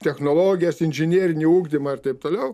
technologijas inžinerinį ugdymą ir taip toliau